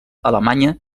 alemanya